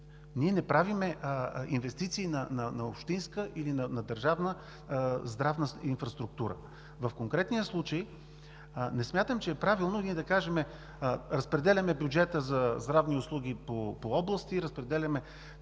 Ние не правим инвестиции на общинска или на държавна здравна инфраструктура. В конкретния случай не смятам, че е правилно да кажем: разпределяме бюджета за здравни услуги по области, разпределяме…